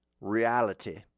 reality